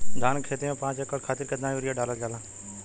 धान क खेती में पांच एकड़ खातिर कितना यूरिया डालल जाला?